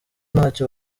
ntacyo